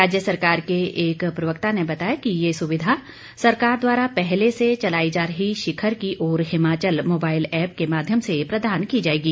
राज्य सरकार के एक प्रवक्ता ने बताया कि यह सुविधा सरकार द्वारा पहले से चलाई जा रही शिखर की ओर हिमाचल मोबाइल ऐप के माध्यम से प्रदान की जाएगी